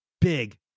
big